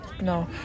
no